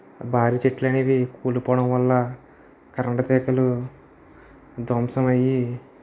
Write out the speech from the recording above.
భారీ చెట్లు అనేవి కూలిపోవడం వల్ల కరెంటు తీగలు ధ్వంసమయ్యి